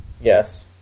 Yes